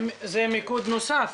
זה מיקוד נוסף,